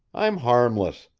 i'm harmless.